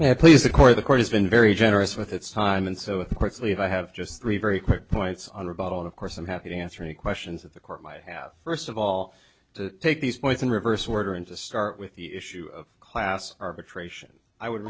yeah please the court of the court has been very generous with its time and so quickly if i have just three very quick points on rebuttal and of course i'm happy to answer any questions that the court might have first of all to take these points in reverse order and to start with the issue of class arbitration i would